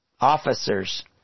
officers